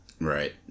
right